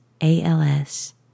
ALS